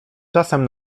czasem